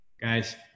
Guys